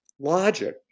logic